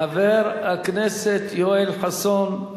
חבר הכנסת יואל חסון,